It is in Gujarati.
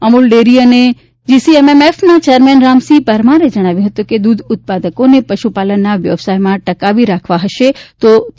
અમૂલ ડેરી અને જીસીએમએમએફના ચેરમેન રામસિંહ પરમારે જણાવ્યું હતું કે દૂધ ઉત્પાદકોને પશુપાલનના વ્યવસાયમાં ટકાવી રાખવા હશે તો તેઓને દૂધના છે